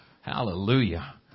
Hallelujah